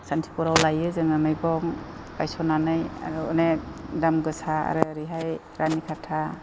सान्तिफुराव लायो जोङो मैगं बायसननानै आरो अनेक दामगोसा आरो ओरैहाय रानिखाता